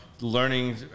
learning